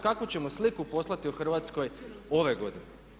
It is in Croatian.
Kakvu ćemo sliku poslati o Hrvatskoj ove godine?